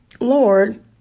Lord